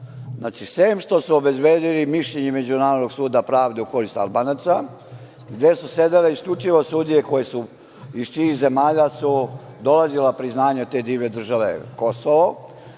Značim, sem što su obezbedili mišljenje Međunarodnog suda pravde u korist Albanaca, gde su sedele isključivo sudije iz čijih zemalja su dolazila priznanja te divne države Kosovo,